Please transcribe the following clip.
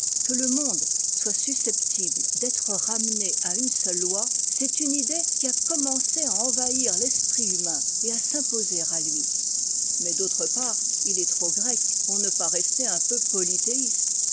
que le monde soit susceptible d'être ramené à une seule loi c'est une idée qui a commencé à envahir l'esprit humain et à s'imposer à lui mais d'autre part il est trop grec pour ne pas rester un peu